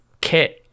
kit